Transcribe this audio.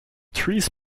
trees